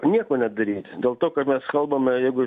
nieko nedaryt dėl to kad mes kalbame jeigu